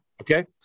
Okay